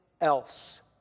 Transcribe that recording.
else